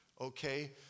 okay